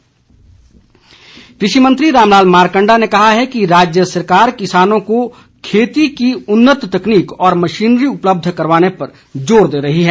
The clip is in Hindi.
मारकंडा कृषि मंत्री रामलाल मारकंडा ने कहा है कि राज्य सरकार किसानों को खेती की उन्नत तकनीकी व मशीनरी उपलब्ध कराने पर जोर दे रही है